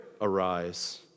arise